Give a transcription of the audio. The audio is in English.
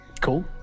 cool